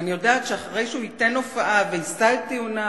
ואני יודעת שאחרי שהוא ייתן הופעה ויישא את טיעוניו,